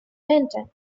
benton